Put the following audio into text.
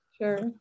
Sure